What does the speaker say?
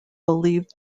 believed